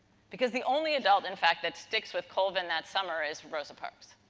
because, the only adult, in fact, that stick with colvin that summer is rosa parks.